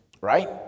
right